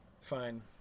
fine